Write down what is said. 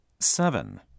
Seven